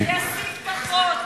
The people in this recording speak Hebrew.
שיסית פחות.